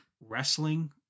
wrestling